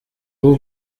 rwo